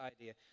idea